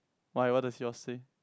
why what does yours say